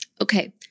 Okay